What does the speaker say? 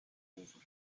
over